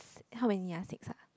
s~ how many ah six ah